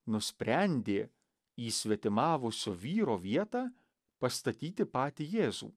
nusprendė į svetimavusio vyro vietą pastatyti patį jėzų